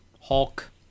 Hulk